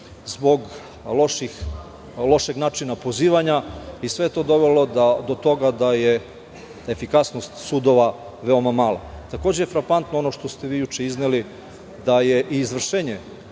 zbog lošeg načina pozivanja. Sve je to dovelo do toga da je efikasnost sudova veoma mala. Takođe je frapantno ono što ste vi juče izneli, da je i izvršenje